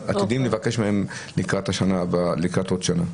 ואנחנו עתידים לבקש מהם לקראת עוד שנה.